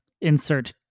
insert